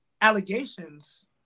allegations